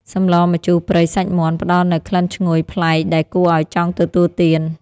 សម្លម្ជូរព្រៃសាច់មាន់ ផ្តល់នូវក្លិនឈ្ងុយប្លែកដែលគួរឱ្យចង់ទទួលទាន។